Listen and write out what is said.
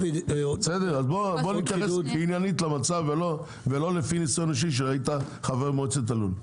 אז בוא נתייחס עניינית למצב ולא לפי ניסיון אישי שהיית חבר מועצת הלול.